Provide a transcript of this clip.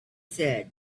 said